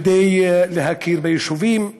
כדי להכיר ביישובים,